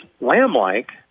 lamb-like